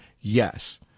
Yes